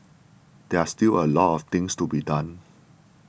there are still a lot of things to be done